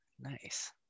Nice